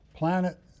Planet